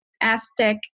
Aztec